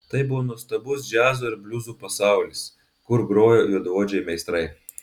tai buvo nuostabus džiazo ir bliuzų pasaulis kur grojo juodaodžiai meistrai